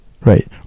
Right